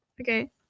Okay